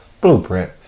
Blueprint